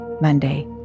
Monday